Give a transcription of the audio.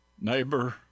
Neighbor